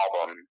album